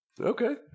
Okay